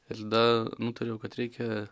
ir tada nutariau kad reikia